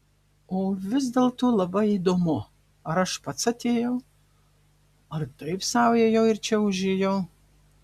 o vis dėlto labai įdomu ar aš pats atėjau ar taip sau ėjau ir čia užėjau